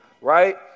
Right